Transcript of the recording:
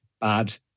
bad